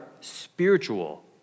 spiritual